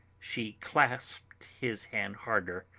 she clasped his hand harder,